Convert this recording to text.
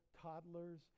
toddlers